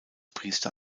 priester